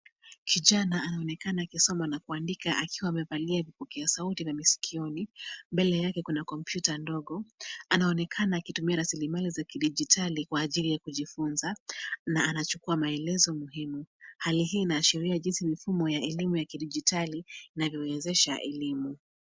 Kijana anaonekana akisoma na kuandika akiwa amevalia vipokea sauti vya masikioni. Mbele yake kuna kompyuta ndogo. Anaonekana akitumia rasilimali za kidijitali kwa ajili ya kujifunza na anachukua maelezo muhimu. Hali hii inaashiria jinsi mfumo ya elimu ya kidijitali inavyowezesha elimu.